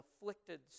afflicted